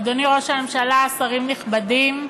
עדכון הסכום הבסיסי לפי שכר המינימום לעניין קצבת שירותים מיוחדים),